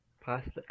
pasta